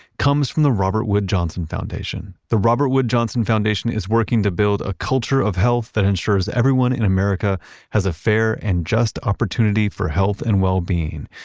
comes from the robert wood johnson foundation. the robert wood johnson foundation is working to build a culture of health that ensures that everyone in america has a fair and just opportunity for health and wellbeing,